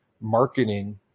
marketing